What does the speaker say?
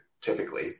typically